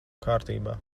kārtībā